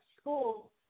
school